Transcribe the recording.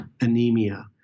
anemia